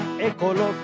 ecológico